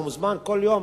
והוא מוזמן כל יום